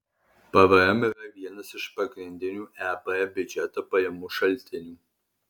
pvm yra vienas iš pagrindinių eb biudžeto pajamų šaltinių